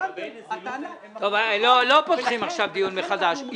לא פותחים עכשיו דיון מחדש.